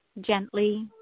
gently